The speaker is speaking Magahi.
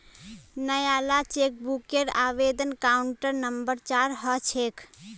नयाला चेकबूकेर आवेदन काउंटर नंबर चार ह छेक